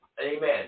Amen